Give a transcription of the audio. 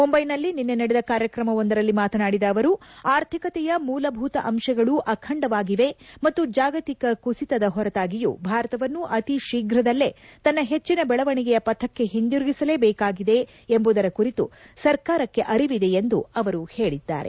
ಮುಂಬೈನಲ್ಲಿ ನಿನ್ನೆ ನಡೆದ ಕಾರ್ಯಕ್ರಮವೊಂದರಲ್ಲಿ ಮಾತನಾಡಿದ ಅವರು ಆರ್ಥಿಕತೆಯ ಮೂಲಭೂತ ಅಂಶಗಳು ಅಖಂಡವಾಗಿವೆ ಮತ್ತು ಜಾಗತಿಕ ಕುಸಿತದ ಹೊರತಾಗಿಯೂ ಭಾರತವನ್ನು ಅತಿ ಶೀಘದಲ್ಲೇ ತನ್ನ ಹೆಚ್ಚಿನ ಬೆಳವಣಿಗೆಯ ಪಥಕ್ಕೆ ಹಿಂದಿರಿಗಿಸಬೇಕಾಗಿದೆ ಎಂಬುದರ ಕುರಿತು ಸರ್ಕಾರಕ್ಕೆ ಅರಿವಿದೆ ಎಂದು ಅವರು ಹೇಳಿದ್ದಾರೆ